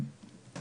מה דינם על פי